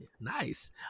nice